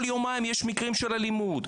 כל יומיים יש מקרים של אלימות,